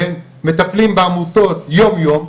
מטפלים בעמותות יום יום,